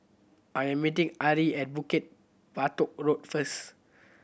I am meeting Ari at Bukit Batok Road first